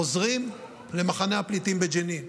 וחוזרים למחנה הפליטים בג'נין,